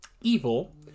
evil